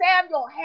Samuel